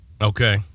Okay